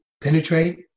penetrate